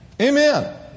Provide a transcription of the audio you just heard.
Amen